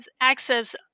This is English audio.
access